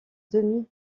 demi